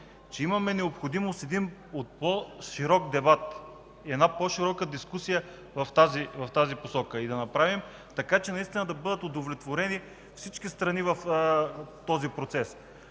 че имаме необходимост от по-широк дебат, по-широка дискусия в тази посока. Да направим така, че да бъдат удовлетворени всички страни в този процес.